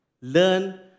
Learn